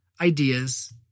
ideas